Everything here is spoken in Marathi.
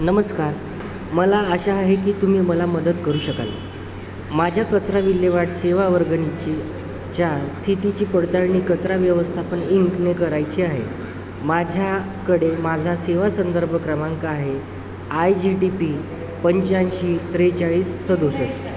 नमस्कार मला अशा आहे की तुम्ही मला मदत करू शकाल माझ्या कचरा विल्हेवाट सेवा वर्गणीची च्या स्थितीची पडताळणी कचरा व्यवस्थापन इंकने करायची आहे माझ्याकडे माझा सेवा संदर्भ क्रमांक आहे आय जी टी पी पंच्याऐंशी त्रेचाळीस सदुसष्ट